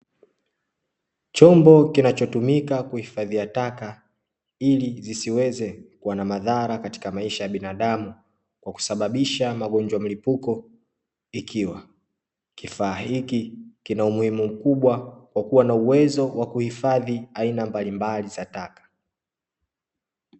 Chombo kinacho tumika kuhifadhia taka ili zisiweze kuwa na madhara na binadamu kwa kusababisha magonjwa ya mlipuko, ikiwa kifaa hiki kina umuhimu mkubwa kwa kuwa na uwezo wa kuhifadhi aina mbalimbali za taka.